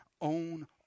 own